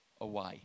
away